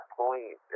point